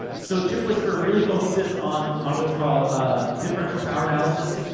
and so, chipwhisperer really focuses on on what's called ah differential power analysis,